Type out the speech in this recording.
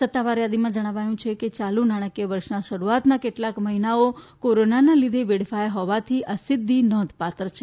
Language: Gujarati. સત્તાવાર યાદીમાં જણાવ્યું છે કે યાલુ નાણાંકીય વર્ષના શરૂઆતના કેટલાક મહિનાઓ કોરોનાના લીધે વેડફાયા હોવાથી આ સિદ્ધિ નોંધપાત્ર છે